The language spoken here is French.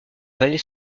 vallée